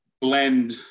blend